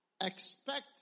Expect